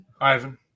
Ivan